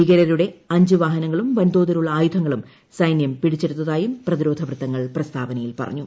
ഭീകരരുടെ അഞ്ച് വാഹനങ്ങളും വൻതോതിലുള്ള ആയുധങ്ങളും സൈനൃം പിടിച്ചെടുത്തായും പ്രതിരോധ വൃത്തങ്ങൾ പ്രസ്താവനയിൽ പറഞ്ഞു